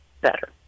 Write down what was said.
better